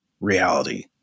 reality